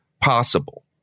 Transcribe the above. possible